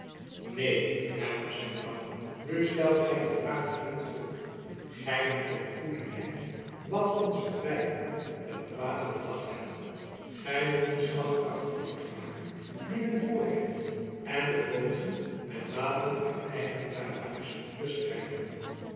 neen hernam zijn vrouw nu stelt gy de vraag verkeerd voor gy moet ten goede leiden wat onze vyanden ten kwade bedacht hebben gy moet den slag krachteloos maken dien men voor heeft en de bozen met wapenen uit hun eigen tuighuis bestrijden